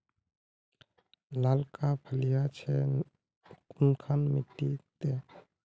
लालका फलिया छै कुनखान मिट्टी त?